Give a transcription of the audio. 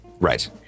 Right